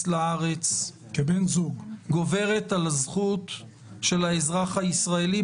לארץ גוברת על הזכות של האזרח הישראלי לצאת.